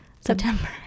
September